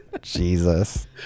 Jesus